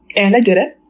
and i did it.